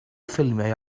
ffilmiau